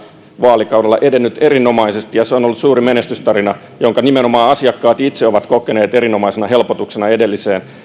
vaalikaudella edennyt erinomaisesti ja se on ollut suuri menestystarina ja nimenomaan asiakkaat itse ovat kokeneet sen erinomaisena helpotuksena edelliseen